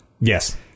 Yes